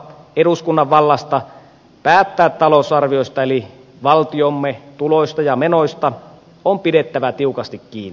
eduskunnan vallasta päättää talousarviosta eli valtiomme tuloista ja menoista on pidettävä tiukasti kiinni